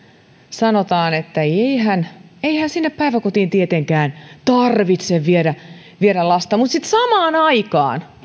sanotaan että eihän sinne päiväkotiin tietenkään tarvitse viedä viedä lasta mutta sitten samaan aikaan